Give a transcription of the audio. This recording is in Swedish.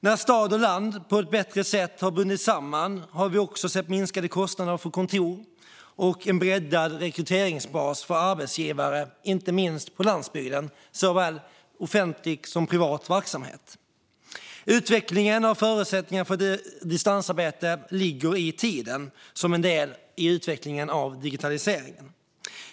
När stad och land på ett bättre sätt har bundits samman har vi också sett minskade kostnader för kontor och en breddad rekryteringsbas för arbetsgivare, inte minst på landsbygden, inom såväl offentlig som privat verksamhet. Utvecklingen av förutsättningarna för distansarbete ligger i tiden, som en del i utvecklingen av digitaliseringen.